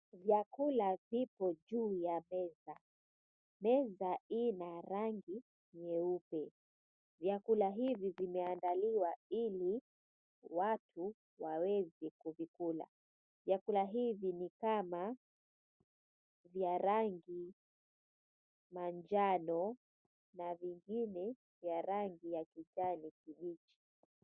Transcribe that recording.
Vyakula vipo juu ya meza. Meza ina rangi nyeupe. Vyakula hivi vimeandaliwa ili watu waweze kuvikula. Vyakula hivi ni kama vya rangi manjano na vingine vya rangi ya kijani kibichi.